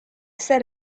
set